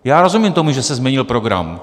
Já rozumím tomu, že se změnil program.